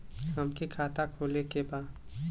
हमके खाता खोले के बा?